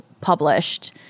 published